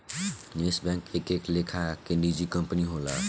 निवेश बैंक एक एक लेखा के निजी कंपनी होला